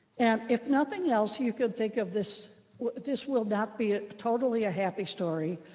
and if nothing else, you can think of this this will not be totally a happy story,